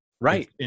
right